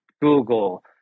google